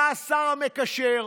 אתה השר המקשר.